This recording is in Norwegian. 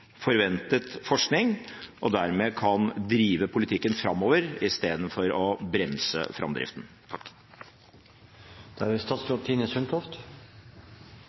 forventet forskning og dermed kan drive politikken framover, istedenfor å bremse framdriften. Det er